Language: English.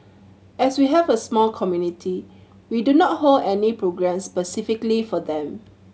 as we have a small community we do not hold any programmes specifically for them